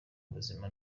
ubuzima